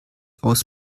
aus